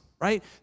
right